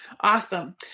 Awesome